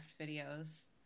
videos